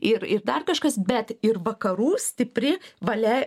ir ir dar kažkas bet ir vakarų stipri valia